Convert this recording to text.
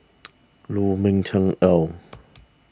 Lu Ming Teh Earl